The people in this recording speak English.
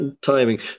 timing